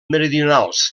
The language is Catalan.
meridionals